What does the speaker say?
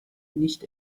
nicht